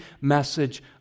message